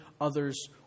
others